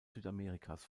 südamerikas